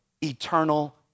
eternal